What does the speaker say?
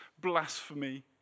blasphemy